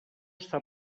està